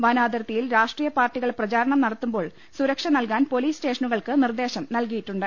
വനാതിർത്തിയിൽ രാഷ്ട്രീയപാർട്ടികൾ പ്രചാരണം നടത്തുമ്പോൾ സുരക്ഷ നൽകാൻ പൊലീസ് സ്റ്റേഷനുകൾക്ക് നിർദ്ദേശം നൽകിയിട്ടു ണ്ട്